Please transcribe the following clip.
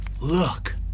Look